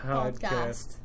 Podcast